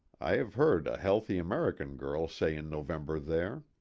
i have heard a healthy american girl say in november there.